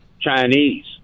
Chinese